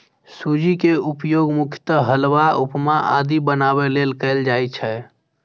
सूजी के उपयोग मुख्यतः हलवा, उपमा आदि बनाबै लेल कैल जाइ छै